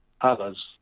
others